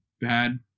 bad